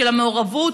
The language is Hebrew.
של המעורבות,